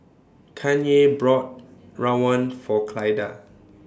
Kanye brought Rawon For Clyda